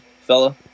fella